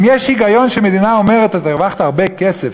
אם יש היגיון שמדינה אומרת: אתה הרווחת הרבה כסף,